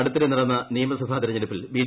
അടുത്തിടെ നടന്ന നിയമസഭ തെരഞ്ഞെടുപ്പിൽ ബി